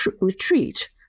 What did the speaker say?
retreat